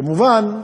כמובן,